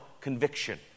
conviction